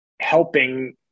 helping